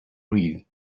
read